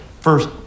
first